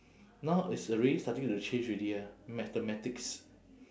now it's already starting to change already ah mathematics